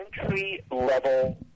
entry-level